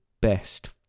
best